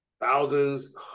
thousands